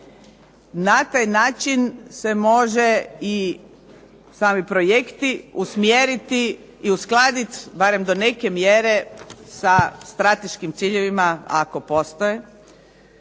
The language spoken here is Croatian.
Na taj način se može i sami projekti usmjeriti i uskladiti barem do neke mjere sa strateškim ciljevima ako postoje